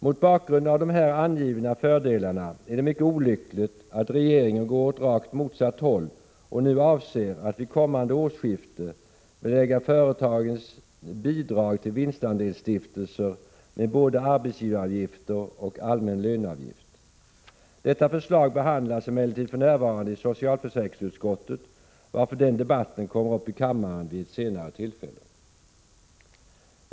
Mot bakgrund av de här angivna fördelarna är det mycket olyckligt att regeringen går åt rakt motsatt håll och nu avser att vid kommande årsskifte belägga företagens bidrag till vinstandelsstiftelser med både arbetsgivaravgifter och allmän löneavgift. Detta förslag behandlas emellertid för närvarande i socialförsäkringsutskottet, varför den debatten kommer upp i kammaren vid ett senare tillfälle.